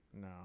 no